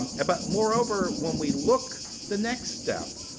um but moreover, when we look the next step,